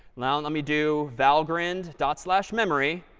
now let me do valgrind dot slash memory.